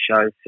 shows